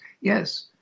yes